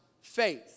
faith